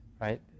right